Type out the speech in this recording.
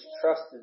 trusted